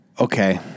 Okay